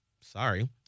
Sorry